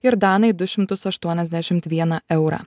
ir danai du šimtus aštuoniasdešimt virną eurą